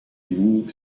unique